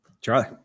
Charlie